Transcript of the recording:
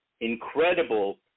incredible